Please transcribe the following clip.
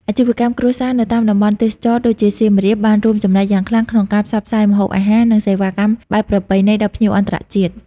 អាជីវកម្មគ្រួសារនៅតាមតំបន់ទេសចរណ៍ដូចជាសៀមរាប បានរួមចំណែកយ៉ាងខ្លាំងក្នុងការផ្សព្វផ្សាយម្ហូបអាហារ និងសេវាកម្មបែបប្រពៃណីដល់ភ្ញៀវអន្តរជាតិ។